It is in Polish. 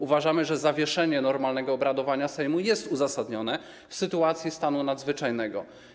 Uważamy, że zawieszenie normalnego obradowania Sejmu jest uzasadnione w sytuacji stanu nadzwyczajnego.